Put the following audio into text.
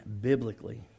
biblically